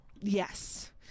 Yes